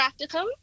practicum